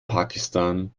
pakistan